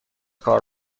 کار